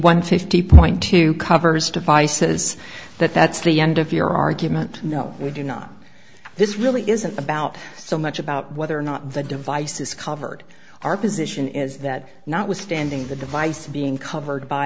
one fifty point two covers devices that that's the end of your argument no we do not this really isn't about so much about whether or not the device is covered our position is that notwithstanding the device being covered by